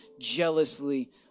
jealously